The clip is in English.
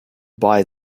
buy